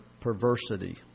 perversity